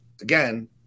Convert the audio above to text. Again